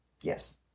Yes